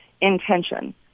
intention